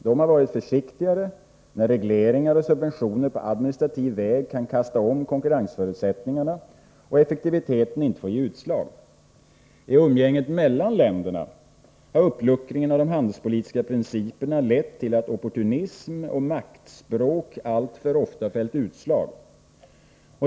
De har varit försiktigare när regleringar och subventioner på administrativ väg kan kasta om konkurrensförutsättningarna och effektiviteten inte får ge utslag. I umgänget mellan länderna har uppluckringen av de handelspolitiska princi pernallett till att opportunism och maktspråk alltför ofta fällt utslaget.